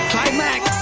Climax